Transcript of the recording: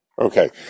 okay